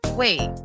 wait